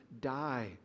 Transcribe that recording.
die